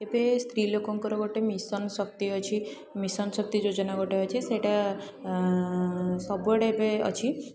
ଏବେ ସ୍ତ୍ରୀଲୋକଙ୍କର ଗୋଟେ ମିଶନ୍ ଶକ୍ତି ଅଛି ମିଶନ୍ ଶକ୍ତି ଯୋଜନା ଗୋଟେ ଅଛି ସେଇଟା ସବୁଆଡ଼େ ଏବେ ଅଛି